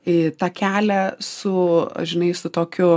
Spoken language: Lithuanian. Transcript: į tą kelią su žinai su tokiu